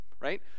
right